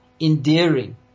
endearing